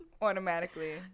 automatically